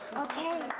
okay,